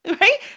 right